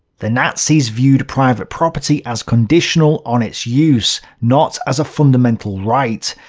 the nazis viewed private property as conditional on its use not as a fundamental right.